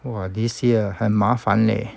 !wah! this year 很麻烦 leh